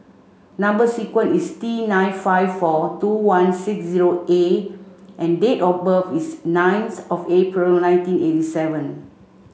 number sequence is T nine five four two one six zero A and date of birth is ninth of April nineteen eighty seven